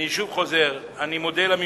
אני חוזר: אני מודה לממשלה,